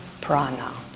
prana